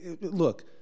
Look